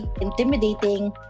intimidating